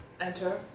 Enter